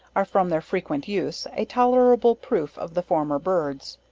are from their frequent use, a tolerable proof of the former birds.